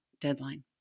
deadline